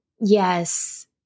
yes